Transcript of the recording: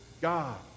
God